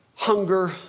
Hunger